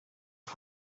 his